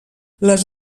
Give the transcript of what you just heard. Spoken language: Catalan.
les